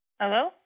Hello